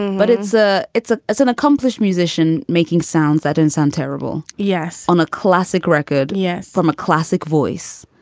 but it's a it's a it's an accomplished musician making sounds. that didn't sound terrible. yes. on a classic record. yes. from a classic voice.